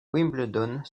wimbledon